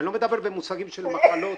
אני לא מדבר במושגים של מחלות